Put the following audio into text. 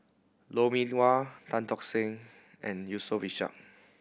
Lou Mee Wah Tan Tock San and Yusof Ishak